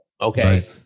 Okay